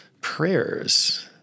prayers